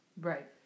Right